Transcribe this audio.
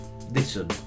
Listen